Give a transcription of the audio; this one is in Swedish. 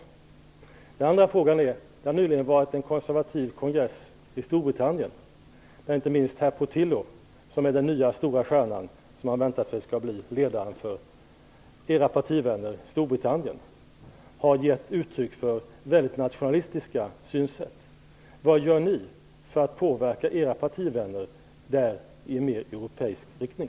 För det andra: Det har nyligen varit en konservativ kongress i Storbritannien, där inte minst herr Portillo - som är den nya, stora stjärnan och som man väntar sig skall bli ledaren för Moderaternas partivänner i Storbritannien - har gett uttryck för väldigt nationalistiska synsätt. Vad gör ni för att påverka era partivänner där i en mer europeisk riktning?